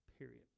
Period